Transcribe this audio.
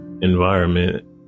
environment